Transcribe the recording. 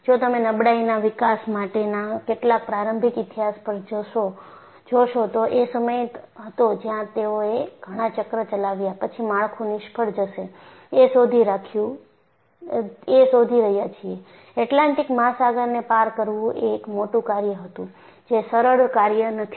જો તમે નબળાઈના વિકાસ માટેના કેટલાક પ્રારંભિક ઇતિહાસ પર જોશો તો એ સમય હતો જ્યાં તેઓ એ ઘણા ચક્ર ચલાવ્યા પછી માળખુ નિષ્ફળ જશે એ શોધી રહ્યાં છીએ એટલાન્ટિક મહાસાગરને પાર કરવું એ એક મોટું કાર્ય હતું જે સરળ કાર્ય નથી